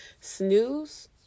snooze